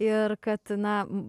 ir kad na